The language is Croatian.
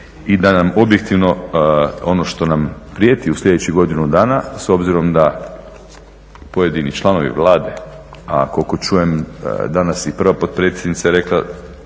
I da nam objektivno ono što nam prijeti u slijedećih godinu dana, s obzirom da pojedini članovi Vlade, a koliko čujem danas i prva potpredsjednica je rekla